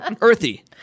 Earthy